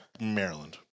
Maryland